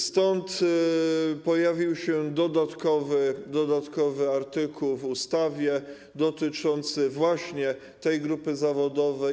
Stąd pojawił się dodatkowy artykuł w ustawie, dotyczący właśnie tej grupy zawodowej.